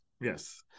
Yes